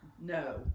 No